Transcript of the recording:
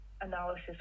analysis